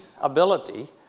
ability